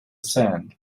sand